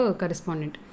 correspondent